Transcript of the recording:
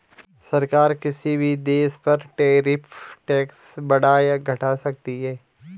सरकार किसी भी देश पर टैरिफ टैक्स बढ़ा या घटा सकती है